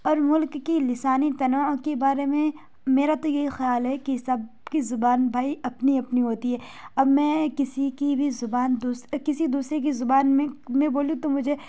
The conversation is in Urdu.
اور ملک کی لسانی تنوع کے بارے میں میرا تو یہ خیال ہے کہ سب کی زبان بھائی اپنی اپنی ہوتی ہے اب میں کسی کی بھی زبان کسی دوسرے کی زبان میں میں بولوں تو مجھے